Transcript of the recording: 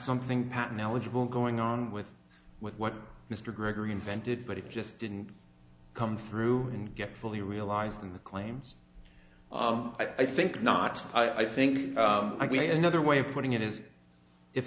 something patton eligible going on with with what mr gregory invented but it just didn't come through and get fully realized in the claims i think not i think i got another way of putting it is if